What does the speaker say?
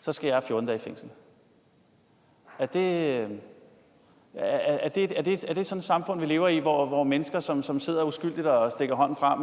så skal jeg 14 dage i fængsel. Er det sådan et samfund, vi skal leve i, hvor mennesker, som sidder uskyldigt og stikker hånden frem